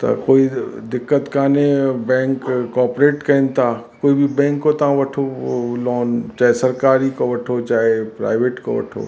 त कोई दिक़त काने बैंक कॉपरेट कनि था कोई बि बैंक खां तव्हां वठो उहो लोन चाहे सरकारी खां वठो चाहे प्राइवेट खां वठो